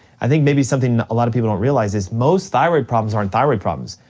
i think maybe something a lot of people don't realize is most thyroid problems aren't thyroid problems,